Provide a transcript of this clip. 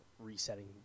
resetting